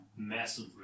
massive